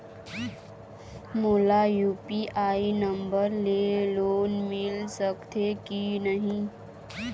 मोला UPI number ले loan मिल सकथे कि नहीं?